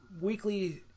weekly